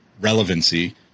relevancy